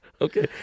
Okay